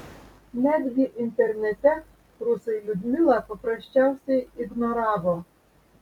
netgi internete rusai liudmilą paprasčiausiai ignoravo